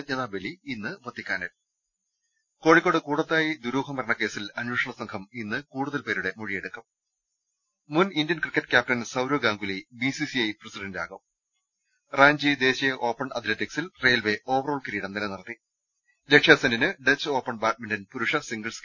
ജ്ഞതാബലി ഇന്ന് വത്തിക്കാനിൽ കോഴിക്കോട് കൂടത്തായ് ദുരൂഹമരണകേസിൽ അന്വേഷണസംഘം ഇന്ന് കൂടുതൽ പേരുടെ മൊഴിയെടുക്കും മുൻ Indian cricket captain Sourav Ganguly B C C I പ്രസിന്റാകും റാഞ്ചി ദേശീയ ഓപ്പൺ അത്ലറ്റ്ക്സിൽ റെയിൽവെ ഓവറോൾ കിരീടം നിലനിർത്തി ലക്ഷ്യ സെന്നിന്ട് ഡച്ച് ഓപ്പൺ ബാഡ്മിന്റൺ പുരുഷ സിംഗിൾസ്